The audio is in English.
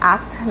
Act